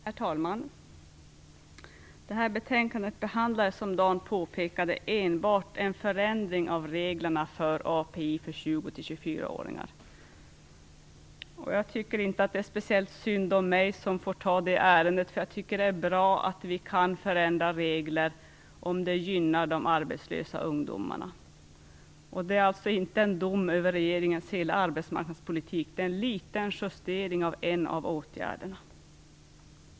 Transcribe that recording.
Herr talman! I detta betänkande behandlas, som Dan Ericsson påpekade, enbart en förändring av reglerna för API för 20-24-åringar. Jag tycker inte att det är speciellt synd om mig när jag nu får ta det här ärendet. Jag tycker att det är bra att vi kan förändra regler om det gynnar arbetslösa ungdomar. Det är alltså inte fråga om en dom över regeringens hela arbetsmarknadspolitik, utan det är en liten justering av en av åtgärderna.